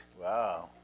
Wow